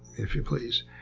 if you please.